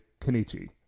Kenichi